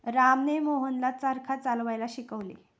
रामने मोहनला चरखा चालवायला शिकवले